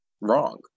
wrong